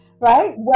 Right